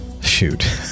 Shoot